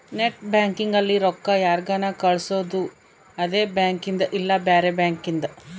net banking ಅಲ್ಲಿ ರೊಕ್ಕ ಯಾರ್ಗನ ಕಳ್ಸೊದು ಅದೆ ಬ್ಯಾಂಕಿಂದ್ ಇಲ್ಲ ಬ್ಯಾರೆ ಬ್ಯಾಂಕಿಂದ್